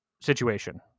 situation